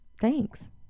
thanks